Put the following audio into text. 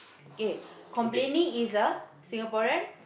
okay complaining is a Singaporean